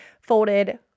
folded